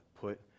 Put